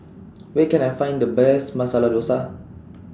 Where Can I Find The Best Masala Dosa